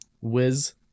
Wiz